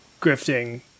grifting